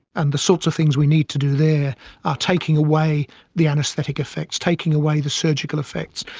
and the sorts of things we need to do there are taking away the anaesthetic effects, taking away the surgical effects,